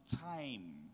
time